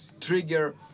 trigger